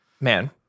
man